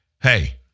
Hey